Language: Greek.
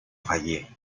φαγί